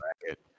bracket